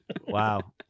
Wow